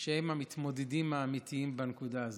שהן המתמודדות האמיתיות בנקודה הזאת.